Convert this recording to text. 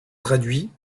traduits